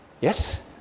Yes